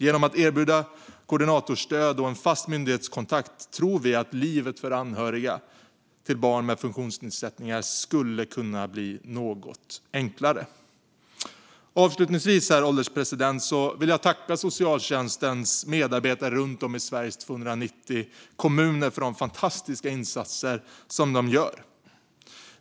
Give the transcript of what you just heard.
Genom att erbjuda koordinatorstöd och en fast myndighetskontakt tror vi att livet för anhöriga till barn med funktionsnedsättningar skulle kunna bli något enklare. Avslutningsvis, herr ålderspresident, vill jag tacka socialtjänstens medarbetare runt om i Sveriges 290 kommuner för de fantastiska insatser ni gör.